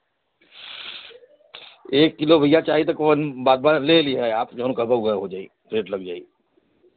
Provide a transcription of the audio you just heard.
एक किलो भैया चाही तो कौन बात बा ले लेहिए आप जउन कबहु गायब हो जाई रेट लग जाई